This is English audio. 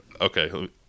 Okay